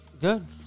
Good